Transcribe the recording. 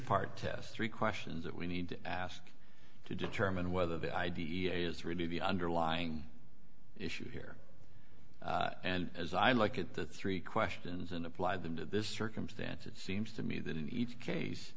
part test three questions that we need to ask to determine whether the i d e a is really the underlying issue here and as i look at the three questions and apply them to this circumstance it seems to me that in each case